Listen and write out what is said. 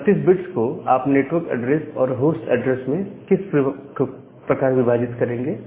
32 bits को आप network address और होस्ट एड्रेस में किस प्रकार विभाजित करेंगे